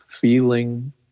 feeling